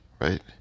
right